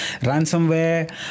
ransomware